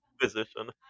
position